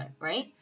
right